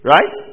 Right